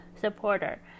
supporter